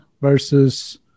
versus